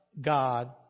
God